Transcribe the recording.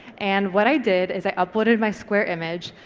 and what i did is i uploaded my square image,